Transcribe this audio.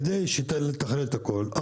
כדי לתכלל את הכול,